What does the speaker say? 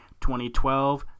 2012